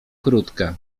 krótka